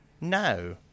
No